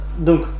donc